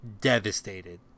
devastated